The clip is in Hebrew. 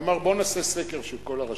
הוא אמר: בוא נעשה סקר של כל הרשויות.